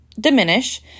diminish